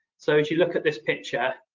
so as you look at this picture,